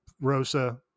Rosa